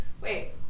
wait